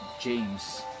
James